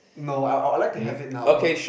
no I would I would like to have it now